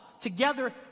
together